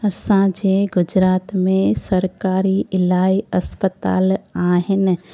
असांजे गुजरात में सरकारी इलाही इस्पतालि आहिनि